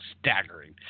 staggering